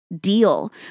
deal